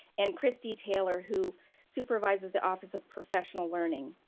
and christy taylor who supervises the office of professional learning.